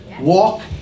Walk